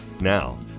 Now